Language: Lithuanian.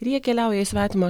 ir jie keliauja į svetimą